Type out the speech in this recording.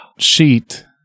Sheet